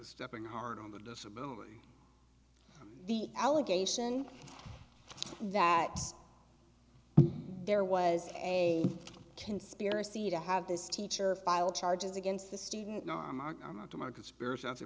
stepping hard on the disability the allegation that there was a conspiracy to have this teacher filed charges against the student not to my conspiracy